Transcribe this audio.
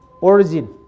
Origin